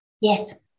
Yes